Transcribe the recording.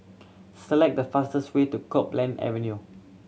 select the fastest way to Copeland Avenue